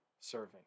serving